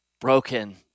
broken